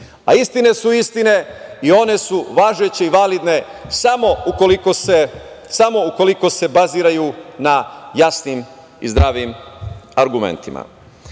a istine su istine i one su važeće i validne samo ukoliko se baziraju na jasnim i zdravim argumentima. Nakon